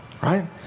Right